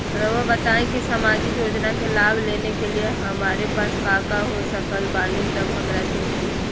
रहुआ बताएं कि सामाजिक योजना के लाभ लेने के लिए हमारे पास काका हो सकल बानी तब हमरा के मिली?